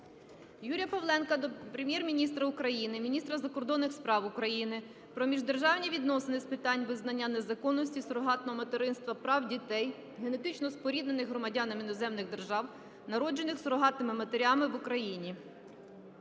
Юрія Павленка до Прем'єр-міністра України, міністра закордонних справ України про міждержавні відносини з питань визнання законності сурогатного материнства, прав дітей, генетично споріднених громадянам іноземних держав, народжених сурогатними матерями в Україні.